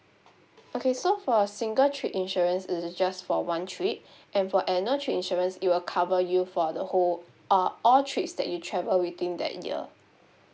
okay so for a single trip insurance is just for one trip and for annual trip insurance it will cover you for the whole uh all trips that you travel within that year